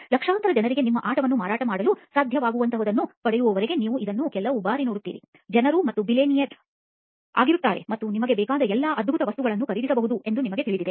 ಲಕ್ಷಾಂತರ ಜನರಿಗೆ ನಿಮ್ಮ ಆಟವನ್ನು ಮಾರಾಟ ಮಾಡಲು ಸಾಧ್ಯವಾಗುತ್ತದೆ ಮತ್ತು ನೀವು ಬಿಲಿಯನೇರ್ ಆಗುತ್ತೀರಿ ಮತ್ತು ನಿಮಗೆ ಬೇಕಾದ ಎಲ್ಲಾ ಅದ್ಭುತ ವಸ್ತುಗಳನ್ನು ಖರೀದಿಸಬಹುದು ಎಂದು ನಿಮಗೆ ತಿಳಿದಿದೆ